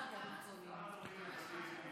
ולדימיר.